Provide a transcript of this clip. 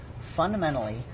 fundamentally